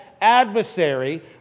adversary